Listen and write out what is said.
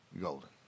golden